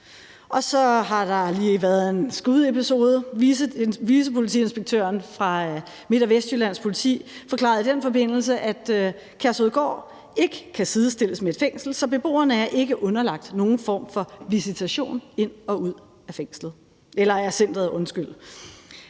og så har der lige været en skudepisode. Vicepolitiinspektøren fra Midt- og Vestjyllands Politi forklarede i den forbindelse, at Kærshovedgård ikke kan sidestilles med et fængsel, så beboerne er ikke underlagt nogen form for visitation ind og ud af centeret. Det forklarer problemet